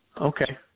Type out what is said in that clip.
Okay